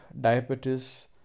diabetes